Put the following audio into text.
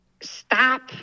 stop